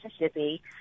Mississippi